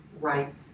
right